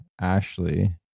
ashley